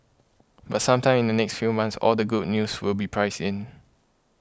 but sometime in the next few months all the good news will be priced in